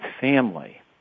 family